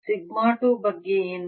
sigma 2 ಬಗ್ಗೆ ಏನು